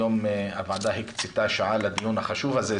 הוועדה היום הקצתה שעה לדיון החשוב הזה.